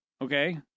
Okay